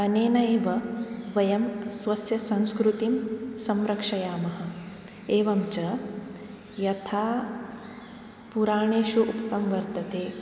अनेनैव वयं स्वस्य संस्कृतिं संरक्षयामः एवञ्च यथा पुराणेषु उक्तं वर्तते